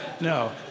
No